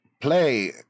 play